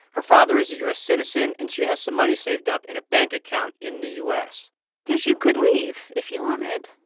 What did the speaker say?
her father is a u s. citizen, and she has some money saved up in a bank account in the u s because you could leave if you wanted